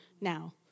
Now